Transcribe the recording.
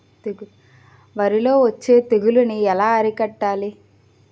వరిలో వచ్చే తెగులని ఏలా అరికట్టాలి?